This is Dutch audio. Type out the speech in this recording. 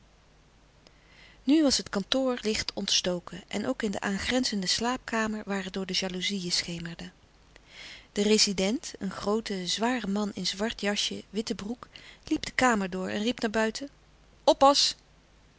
nu was in het kantoor licht ontstoken en ook in de aangrenzen de slaapkamer waar het door de jaloezieën schemerde de rezident een groote zware man in zwart jasje witte broek liep de kamer door en riep naar buiten oppas